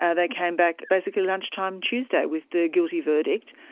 and they came back basically lunchtime tuesday with the guilty verdict.